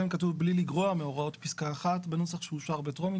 כתוב "בלי לגרוע מהוראות פסקה 1" ובנוסח שאושר בטרומית